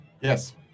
Yes